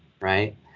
right